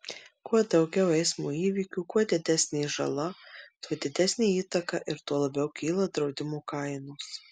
kuo daugiau eismo įvykių kuo didesnė žala tuo didesnė įtaka ir tuo labiau kyla draudimo kainos